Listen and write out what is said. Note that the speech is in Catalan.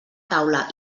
taula